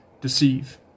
deceive